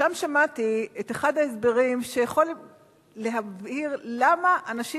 ושם שמעתי את אחד ההסברים שיכול להבהיר למה אנשים